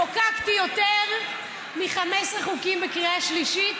חוקקתי יותר מ-15 חוקים בקריאה שלישית,